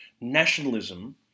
nationalism